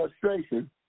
frustration